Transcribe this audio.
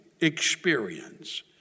experience